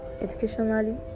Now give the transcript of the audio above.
educationally